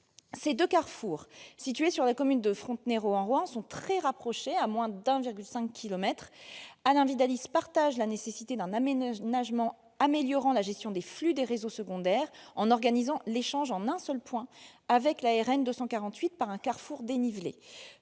Ceux-ci, qui sont situés sur la commune de Frontenay-Rohan-Rohan, sont très rapprochés, à moins de 1,5 kilomètre. Alain Vidalies est conscient de la nécessité d'un aménagement améliorant la gestion des flux des réseaux secondaires, en organisant l'échange en un seul point avec la RN 248 par un carrefour dénivelé.